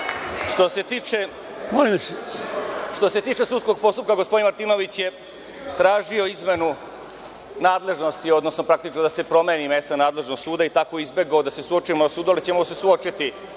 se tiče sudskog postupka, gospodin Martinović je tražio izmenu nadležnosti, praktično da se promeni mesna nadležnost suda i tako izbegao da se suočimo na sudu, ali ćemo se suočiti